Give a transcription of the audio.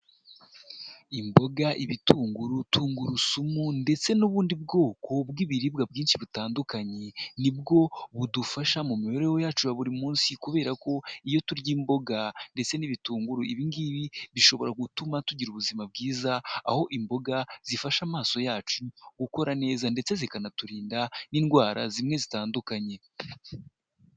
Imboga ibitunguru tungurusumu ndetse n'ubundi bwoko bw'ibiribwa byinshi butandukanye. Nibwo budufasha mu mibereho yacu ya buri munsi kubera ko iyo turya imboga, ndetse n'ibitunguru ibi ngibi bishobora gutuma tugira ubuzima bwiza, aho imboga zifasha amaso yacu gukora neza ndetse zikanaturinda n'indwara zimwe zitandukanye.